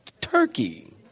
turkey